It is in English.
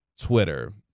Twitter